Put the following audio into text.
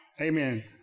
Amen